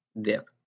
dip